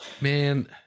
Man